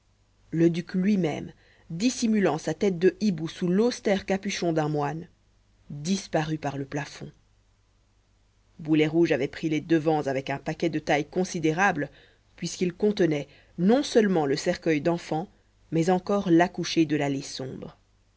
le duc lui-même dissimulant sa tête de hibou sous l'austère capuchon d'un moine disparut par le plafond boulet rouge avait pris les devants avec un paquet de taille considérable puisqu'il contenait non seulement le cercueil d'enfant mais encore l'accouchée de l'allée sombre